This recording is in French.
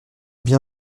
bien